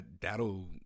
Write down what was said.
that'll